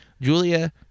Julia